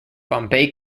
bombay